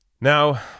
Now